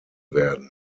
werden